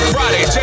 Friday